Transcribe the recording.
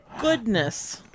goodness